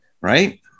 Right